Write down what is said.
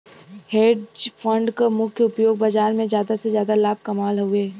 hedge fund क मुख्य उपयोग बाजार में जादा से जादा लाभ कमावल हउवे